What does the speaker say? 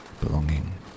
belonging